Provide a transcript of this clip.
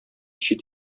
чит